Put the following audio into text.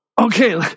okay